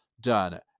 done